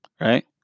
Right